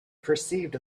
perceived